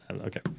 okay